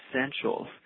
essentials